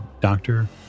doctor